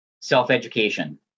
self-education